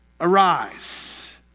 arise